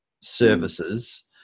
services